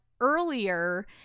earlier